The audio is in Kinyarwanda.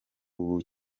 ubu